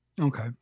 Okay